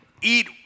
eat